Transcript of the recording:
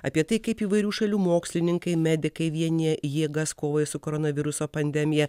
apie tai kaip įvairių šalių mokslininkai medikai vienija jėgas kovai su koronaviruso pandemija